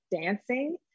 dancing